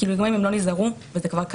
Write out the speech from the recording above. וזה כבר קרה,